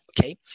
okay